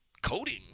Coding